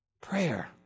Prayer